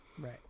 right